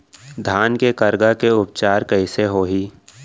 धान के करगा के उपचार कइसे होही?